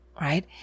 right